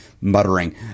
muttering